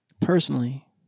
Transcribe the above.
Personally